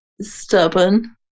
stubborn